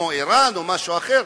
כמו אירן או משהו אחר,